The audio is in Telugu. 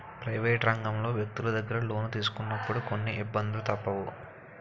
ప్రైవేట్ రంగంలో వ్యక్తులు దగ్గర లోను తీసుకున్నప్పుడు కొన్ని ఇబ్బందులు తప్పవు